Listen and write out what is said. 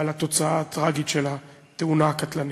על התוצאה הטרגית של התאונה הקטלנית.